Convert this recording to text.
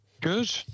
Good